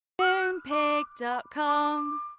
Moonpig.com